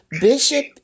Bishop